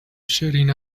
jetting